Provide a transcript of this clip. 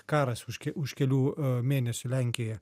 karas už ke už kelių mėnesių lenkijoje